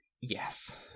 Yes